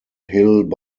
stubbs